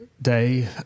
Day